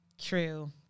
true